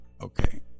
Okay